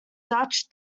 dutch